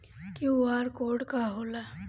QR code का होला?